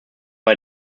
bei